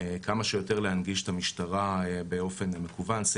אז אני חושב שצריך לתת בוסט רציני לתוכנית כי אמרתי יותר מפעם אחת